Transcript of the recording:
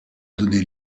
donné